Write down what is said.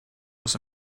was